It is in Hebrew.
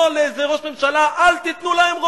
לאיזה ראש ממשלה: אל תיתנו להם רובים.